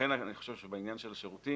לכן אני חושב שבעניין של השירותים,